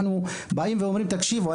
אנחנו באים ואומרים תקשיבו,